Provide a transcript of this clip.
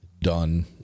done